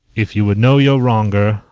if you would know your wronger,